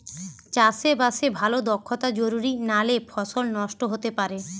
চাষে বাসে ভালো দক্ষতা জরুরি নালে ফসল নষ্ট হতে পারে